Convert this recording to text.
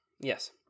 Yes